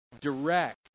direct